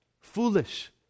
foolish